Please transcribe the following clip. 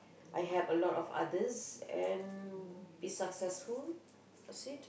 I have a lot of others and be successful that's it